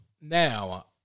Now